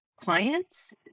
clients